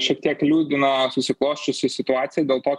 šiek tiek liūdino susiklosčiusi situacija dėl to